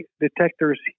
detectors